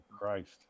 Christ